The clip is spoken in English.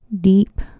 deep